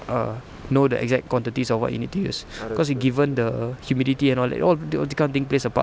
err know the exact quantities of what you need to use cause you given the humidity and all that it all the that kind of thing plays a part